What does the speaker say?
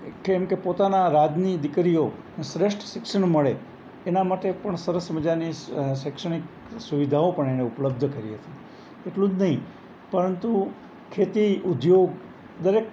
કેમકે પોતાના રાજની દીકરીઓ શ્રેષ્ઠ શિક્ષણ મળે એના માટે પણ સરસ મજાની શૈક્ષણિક સુવિધાઓ પણ એને ઉપલબ્ધ કરી હતી એટલું જ નહીં પરંતુ ખેતી ઉદ્યોગ દરેક